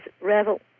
Revel